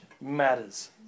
matters